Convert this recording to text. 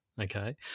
Okay